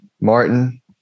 Martin